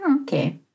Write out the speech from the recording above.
Okay